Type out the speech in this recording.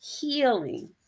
healing